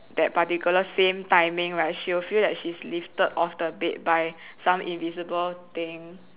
that particular same timing right she will feel like she's being lifted off the bed by some invisible thing